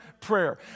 prayer